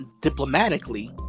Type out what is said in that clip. diplomatically